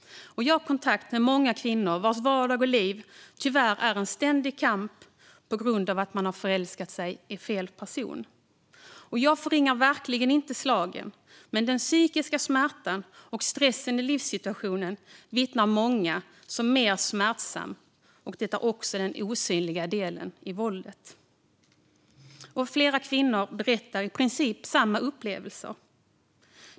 Jag har kontakt med många kvinnor vars vardag och liv tyvärr är en ständig kamp på grund av att de förälskat sig i fel person. Jag förringar verkligen inte slagen, men många vittnar om att den psykiska smärtan och stressen i livssituationen är mer smärtsamma. Det är också den osynliga delen av våldet. Flera kvinnor berättar om i princip samma upplevelser.